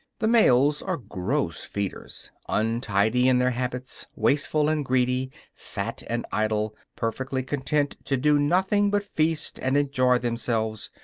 the males are gross feeders, untidy in their habits, wasteful and greedy fat and idle, perfectly content to do nothing but feast and enjoy themselves,